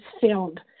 filled